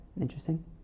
Interesting